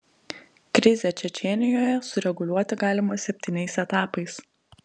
krizę čečėnijoje sureguliuoti galima septyniais etapais